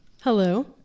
Hello